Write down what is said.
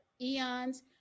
eons